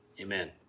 Amen